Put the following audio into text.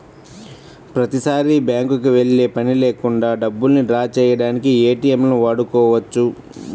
ప్రతిసారీ బ్యేంకుకి వెళ్ళే పని లేకుండా డబ్బుల్ని డ్రా చేయడానికి ఏటీఎంలను వాడుకోవచ్చు